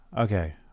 Okay